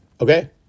Okay